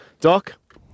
Doc